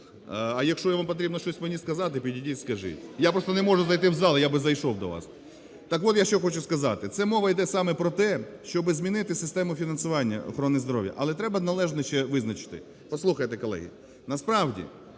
А якщо вам потрібно щось мені сказати, підійдіть скажіть. Я просто не можу зайти в зал, я би зайшов до вас. Так от я що хочу сказати, це мова йде саме про те, щоби змінити систему фінансування охорони здоров'я, але треба належно ще визначити. Послухайте, колеги. Насправді,